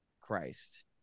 Christ